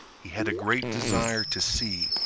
he had a great desire to see,